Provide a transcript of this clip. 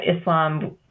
Islam